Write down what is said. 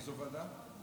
איזו ועדה?